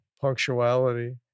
punctuality